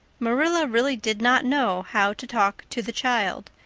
marilla really did not know how to talk to the child,